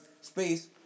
space